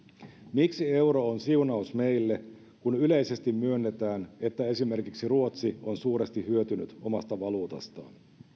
miksi euro on siunaus meille kun yleisesti myönnetään että esimerkiksi ruotsi on suuresti hyötynyt omasta valuutastaan